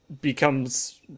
becomes